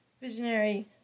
visionary